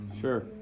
Sure